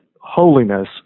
holiness